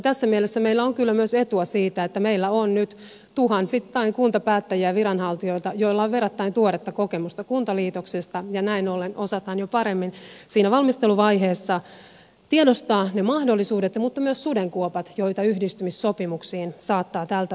tässä mielessä meillä on kyllä myös etua siitä että meillä on nyt tuhansittain kuntapäättäjiä ja viranhaltijoita joilla on verrattain tuoretta kokemusta kuntaliitoksista ja näin ollen osataan jo paremmin siinä valmisteluvaiheessa tiedostaa ne mahdollisuudet mutta myös sudenkuopat joita yhdistymissopimuksiin saattaa tältä osin liittyä